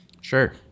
Sure